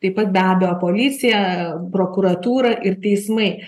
taip pat be abejo policija prokuratūra ir teismai